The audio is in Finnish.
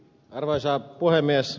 arvoisa puhemies